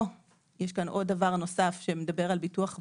ויש כאן דבר נוסף שמדבר על ביטוח בריאות,